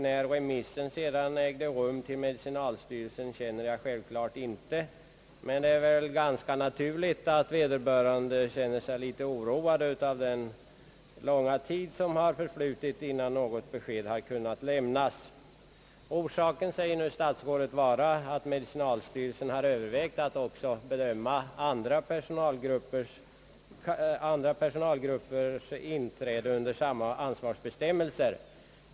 När remissen till medicinalstyrelsen ägde rum känner jag självklart inte till, men det är väl ganska naturligt att vederbörande känner sig litet oroade av den långa tid som förflutit innan något besked har kunnat lämnas. Orsaken härtill säger statsrådet nu vara att medicinalstyrelsen har övervägt att också bedöma frågan om andra personalgruppers inträde under samma ansvarsbestämmelser.